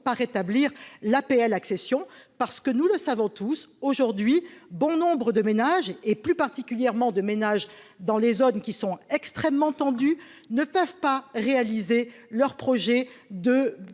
par rétablir l'APL accession parce que nous le savons tous aujourd'hui, bon nombre de ménages et plus particulièrement de ménage dans les zones qui sont extrêmement tendues, ne peuvent pas réaliser leur projet de